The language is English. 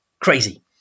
crazy